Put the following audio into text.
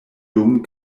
dum